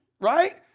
right